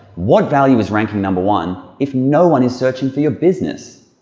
what value is ranking number one if no one is searching for your business?